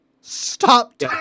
stop